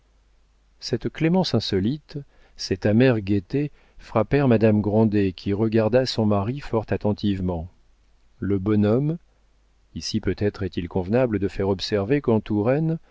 cette clémence insolite cette amère gaieté frappèrent madame grandet qui regarda son mari fort attentivement le bonhomme ici peut-être est-il convenable de faire observer